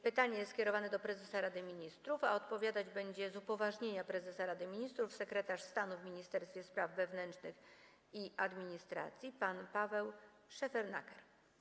Pytanie jest skierowane do prezesa Rady Ministrów, a odpowiadać będzie z upoważnienia prezesa Rady Ministrów sekretarz stanu w Ministerstwie Spraw Wewnętrznych i Administracji pan Paweł Szefernaker.